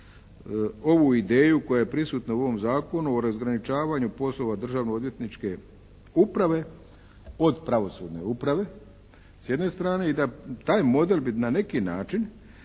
ovu ideju koja je prisutna u ovom Zakonu o razgraničavanju poslova državno odvjetničke uprave od pravosudne uprave s jedne strane i da taj model bi na neki način